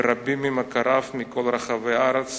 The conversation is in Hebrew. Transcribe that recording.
ורבים ממכריו בכל רחבי הארץ,